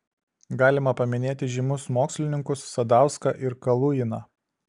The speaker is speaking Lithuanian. galima paminėti žymius mokslininkus sadauską ir kaluiną